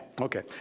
okay